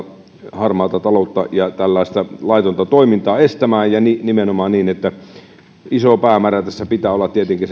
harmaata taloutta ja tällaista laitonta toimintaa estämään ja nimenomaan niin että ison päämäärän tässä pitää olla tietenkin